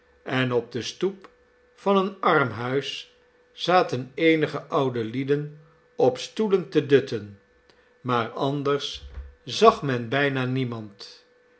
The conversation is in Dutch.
en op de stoep van een armhuis zaten eenige oude lieden op stoelen te dutten maar anders zag men bijna niemand